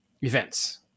events